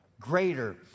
greater